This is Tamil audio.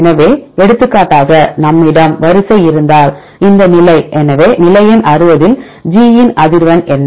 எனவே எடுத்துக்காட்டாக நம்மிடம் வரிசை இருந்தால் இந்த நிலை எனவே நிலை எண் 60 இல் G இன் அதிர்வெண் என்ன